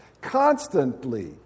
constantly